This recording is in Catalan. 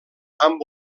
amb